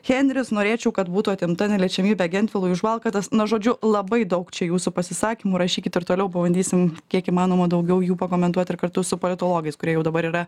henris norėčiau kad būtų atimta neliečiamybė gentvilui už valkatas na žodžiu labai daug čia jūsų pasisakymų rašykit ir toliau pabandysim kiek įmanoma daugiau jų pakomentuot ir kartu su politologais kurie jau dabar yra